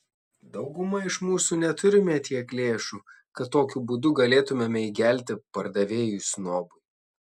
dauguma iš mūsų neturime tiek lėšų kad tokiu būdu galėtumėme įgelti pardavėjui snobui